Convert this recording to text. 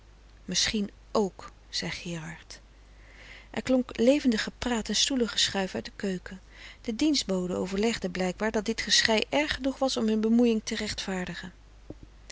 k zei gerard er klonk levendig gepraat en stoelengeschuif uit de keuken de dienstboden overlegden blijkbaar dat dit geschrei frederik van eeden van de koele meren des doods erg genoeg was om hun bemoeijing te rechtvaardigen